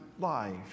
life